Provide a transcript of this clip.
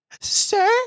sir